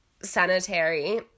sanitary